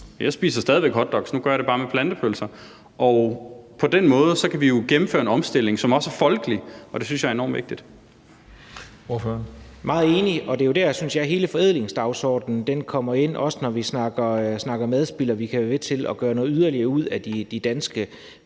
Jeg spiser stadig væk hotdogs, nu gør jeg det bare form i af plantepølser. På den måde kan vi jo gennemføre en omstilling, som også er folkelig, og det synes jeg er enormt vigtigt.